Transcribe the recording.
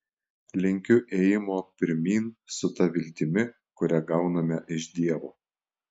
linkiu ėjimo pirmyn su ta viltimi kurią gauname iš dievo